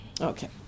Okay